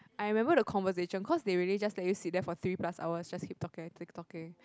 I remember the conversation cause they really let you just sit there for three plus hours just keep talking and keep talking